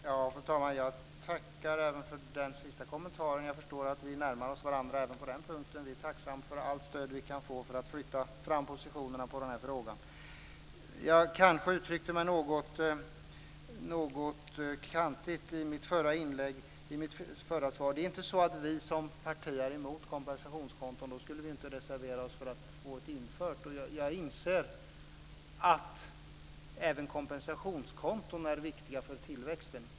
Fru talman! Jag tackar även för den sista kommentaren. Jag förstår att vi närmar oss varandra även på den punkten. Vi är tacksamma för allt stöd vi kan få för att flytta fram positionerna i den här frågan. Jag kanske uttryckte mig något kantigt i mitt förra inlägg. Det är inte så att vi som parti är emot kompensationskonton. Då skulle vi inte reservera oss för att få det infört. Jag inser att även kompensationskonton är viktiga för tillväxten.